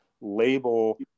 label